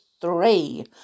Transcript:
three